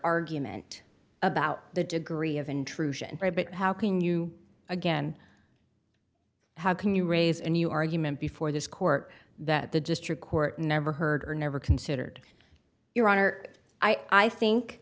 argument about the degree of intrusion ribbit how can you again how can you raise a new argument before this court that the district court never heard or never considered your honor i think